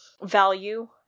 value